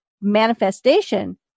manifestation